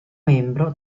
membro